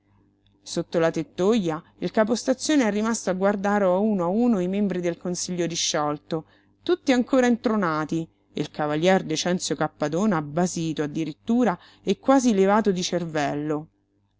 sotto la tettoja il capostazione è rimasto a guardare a uno a uno i membri del consiglio disciolto tutti ancora intronati e il cavalier decenzio cappadona basito addirittura e quasi levato di cervello